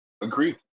Agreed